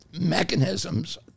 mechanisms